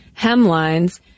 hemlines